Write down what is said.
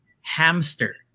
hamster